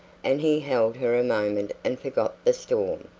and he held her a moment and forgot the storm.